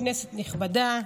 כנסת נכבדה,